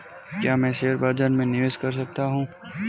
क्या मैं शेयर बाज़ार में निवेश कर सकता हूँ?